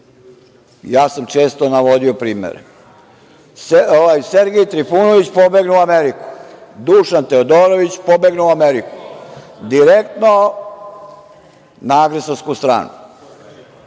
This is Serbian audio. sem često navodio primere. Sergej Trifunović pobegao u Ameriku, Dušan Teodorović pobegao u Ameriku, direktno na agresorsku stranu,